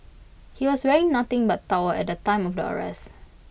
he was wearing nothing but towel at the time of the arrest